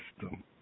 system